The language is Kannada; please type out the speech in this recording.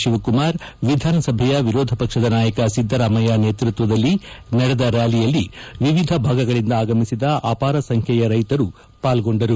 ಶಿವಕುಮಾರ್ ವಿಧಾನಸಭೆ ವಿರೋಧ ಪಕ್ಷದ ನಾಯಕ ಸಿದ್ದರಾಮಯ್ಯ ನೇತೃತ್ವದಲ್ಲಿ ನಡೆದ ರ್ಯಾಲಿಯಲ್ಲಿ ವಿವಿಧ ಭಾಗಗಳಿಂದ ಆಗಮಿಸಿದ ಅಪಾರ ಸಂಖ್ಯೆಯ ರೈತರು ಪಾಲ್ಗೊಂಡರು